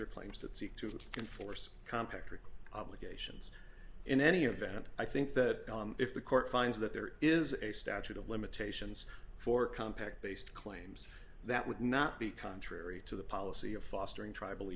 their claims that seek to inforce compact are obligations in any event i think that if the court finds that there is a statute of limitations for compact based claims that would not be contrary to the policy of fostering tribal